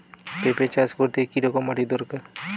পেঁপে চাষ করতে কি রকম মাটির দরকার?